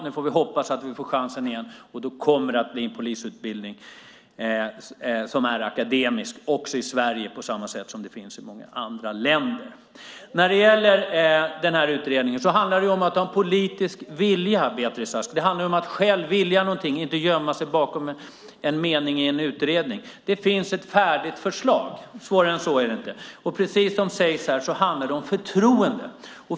Nu får vi hoppas att vi får chansen igen, och då kommer det att bli en polisutbildning också i Sverige som är akademisk på samma sätt som i många andra länder. När det gäller den här utredningen handlar det om att ha en politisk vilja. Det handlar om att själv vilja någonting och inte gömma sig bakom en mening i en utredning. Det finns ett färdigt förslag. Svårare än så är det inte. Precis som sägs här handlar det om förtroende.